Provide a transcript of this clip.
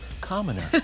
commoner